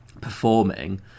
performing